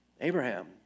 Abraham